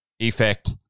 Effect